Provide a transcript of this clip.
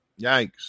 Yikes